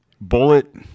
Bullet